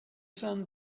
sun